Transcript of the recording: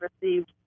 received